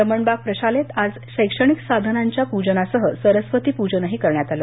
रमणबाग प्रशालेत आज शैक्षणिक साधनांच्या पूजनासह सरस्वती पूजन करण्यात आलं